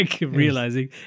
realizing